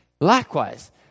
Likewise